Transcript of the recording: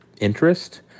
interest